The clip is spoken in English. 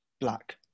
Black